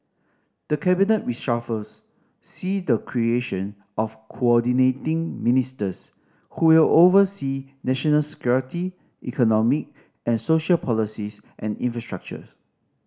the cabinet reshuffles see the creation of Coordinating Ministers who will oversee national security economic and social policies and infrastructure